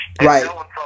Right